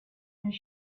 his